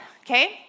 okay